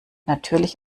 natürlich